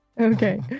Okay